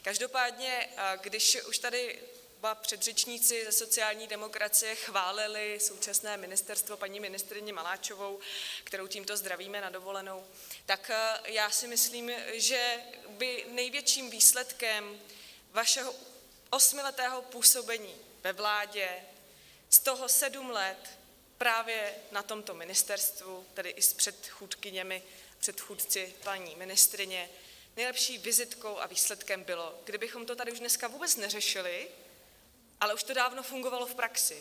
Každopádně když už tady dva předřečníci ze sociální demokracie chválili současné ministerstvo, paní ministryni Maláčovou kterou tímto zdravíme na dovolenou tak já si myslím, že by největším výsledkem vašeho osmiletého působení ve vládě, z toho sedm let právě na tomto ministerstvu, tedy i s předchůdkyněmi, předchůdci paní ministryně, nejlepší vizitkou a výsledkem bylo, kdybychom to tady už dneska vůbec neřešili, ale už to dávno fungovalo v praxi.